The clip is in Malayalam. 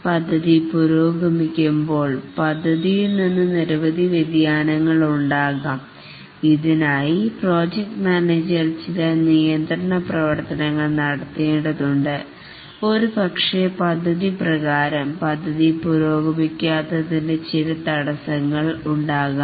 പദ്ധതി പുരോഗമിക്കുമ്പോൾ പദ്ധതിയിൽ നിന്ന് നിരവധി വ്യതിയാനങ്ങൾ ഉണ്ടാകാം ഇതിനായി പ്രോജക്റ്റ് മാനേജർ ചില നിയന്ത്രണ പ്രവർത്തനങ്ങൾ നടത്തേണ്ടതുണ്ട് ഒരുപക്ഷേ പദ്ധതി പ്രകാരം പദ്ധതി പുരോഗമിക്കാത്തതിന്റെ ചില തടസ്സങ്ങൾ ഉണ്ടാകാം